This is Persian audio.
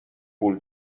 پول